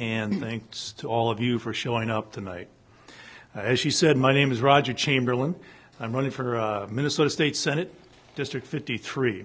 and thanks to all of you for showing up tonight as she said my name is roger chamberlain i'm running for a minnesota state senate district fifty three